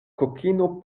kokino